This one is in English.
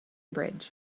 bridge